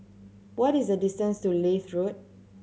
what is the distance to Leith Road